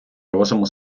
розуму